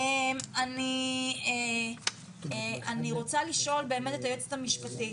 אני רוצה לשאול באמת את היועצת המשפטית.